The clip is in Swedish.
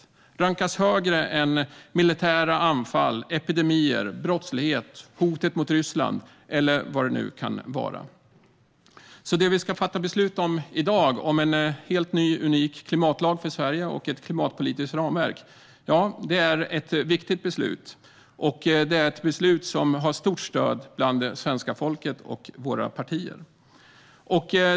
Den rankas högre än militära anfall, epidemier, brottslighet, hotet från Ryssland eller något annat. I dag ska vi fatta beslut om en ny och unik klimatlag för Sverige och ett klimatpolitiskt ramverk, och detta är viktigt. Beslutet har stort stöd hos svenska folket och inom våra partier.